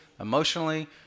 emotionally